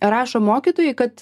rašo mokytojai kad